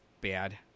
bad